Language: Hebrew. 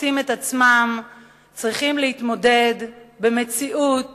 מוצאים את עצמם צריכים להתמודד במציאות